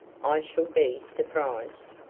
i shall be surprised.